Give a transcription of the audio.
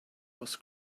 was